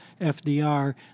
FDR